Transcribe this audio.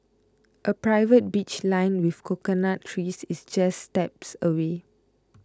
a private beach lined with coconut trees is just steps away